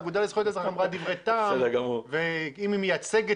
האגודה לזכויות האזרח אמרה דברי טעם ואם היא מייצגת